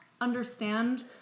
understand